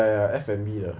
ya ya F&B 的